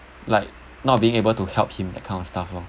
like not being able to help him that kind of stuff lor